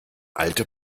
alte